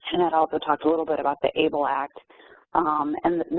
annette also talked a little bit about the able act and,